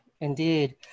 indeed